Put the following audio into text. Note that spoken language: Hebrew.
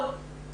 לא.